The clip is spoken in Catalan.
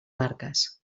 marques